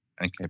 Okay